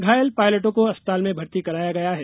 घायल पायलटों को अस्पताल में भर्ती कराया गया है